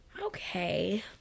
Okay